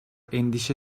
endişe